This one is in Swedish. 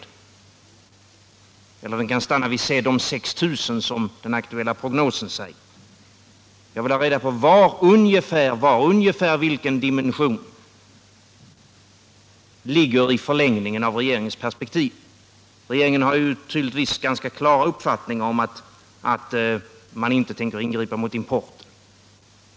Eller skall strukturomvandlingen stanna vid 6 000 sysselsättningstillfällen, som den aktuella prognosen säger? Jag vill ha reda på vilken ungefärlig dimension på tekoindustrin som ligger i förlängningen av regeringens perspektiv. Regeringen har tydligtvis en ganska klar uppfattning om att man inte skall ingripa mot importen.